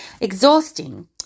exhausting